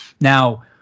Now